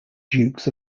dukes